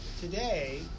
Today